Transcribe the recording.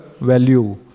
value